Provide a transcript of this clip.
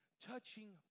touching